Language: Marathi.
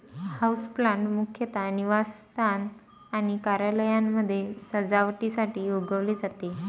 हाऊसप्लांट मुख्यतः निवासस्थान आणि कार्यालयांमध्ये सजावटीसाठी उगवले जाते